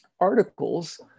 articles